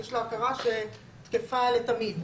יש לו הכרה שתקפה לתמיד.